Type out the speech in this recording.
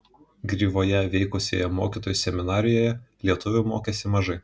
gryvoje veikusioje mokytojų seminarijoje lietuvių mokėsi mažai